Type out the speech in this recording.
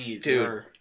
dude